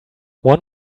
one